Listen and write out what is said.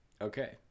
Okay